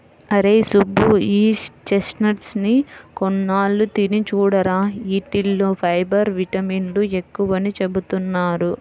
అరేయ్ సుబ్బు, ఈ చెస్ట్నట్స్ ని కొన్నాళ్ళు తిని చూడురా, యీటిల్లో ఫైబర్, విటమిన్లు ఎక్కువని చెబుతున్నారు